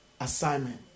assignment